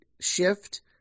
shift